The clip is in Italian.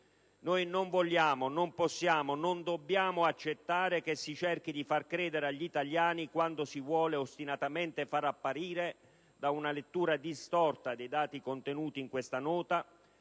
Non vogliamo, non possiamo, non dobbiamo accettare che si cerchi di far credere agli italiani quanto si vuole ostinatamente far apparire da una lettura distorta dei dati contenuti in questa Nota